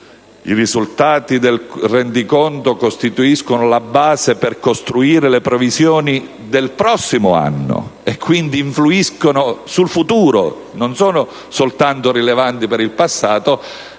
i risultati del rendiconto costituiscono la base per costruire le previsioni del prossimo anno e quindi influiscono sul futuro e non sono soltanto rilevanti per il passato,